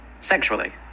Sexually